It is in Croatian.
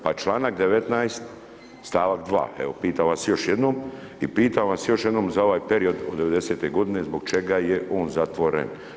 Pa članak 19. stavak 2., evo pitam vas još jednom i pitam vas još jednom za ovaj period od '90. godine, zbog čega je on zatvoren?